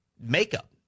makeup